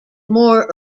more